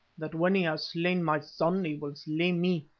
that when he has slain my son he will slay me,